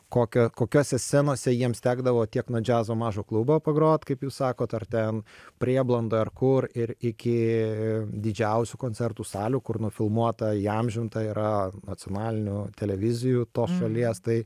kokio kokiose scenose jiems tekdavo tiek nuo džiazo mažo klubo pagrot kaip jūs sakot ar ten prieblanda ar kur ir iki didžiausių koncertų salių kur nufilmuota įamžinta yra nacionalinių televizijų tos šalies tai